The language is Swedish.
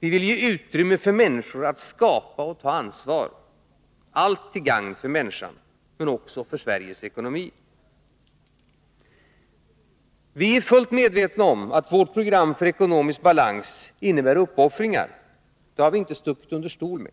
Vi vill ge utrymme för människor att skapa och ta ansvar. Allt detta är till gagn för människan men också för Sveriges ekonomi. Vi är fullt medvetna om att vårt program för ekonomisk balans innebär uppoffringar. Det har vi inte stuckit under stol med.